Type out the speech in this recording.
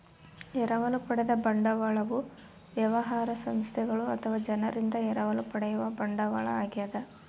ಎರವಲು ಪಡೆದ ಬಂಡವಾಳವು ವ್ಯವಹಾರ ಸಂಸ್ಥೆಗಳು ಅಥವಾ ಜನರಿಂದ ಎರವಲು ಪಡೆಯುವ ಬಂಡವಾಳ ಆಗ್ಯದ